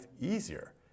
easier